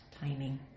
timing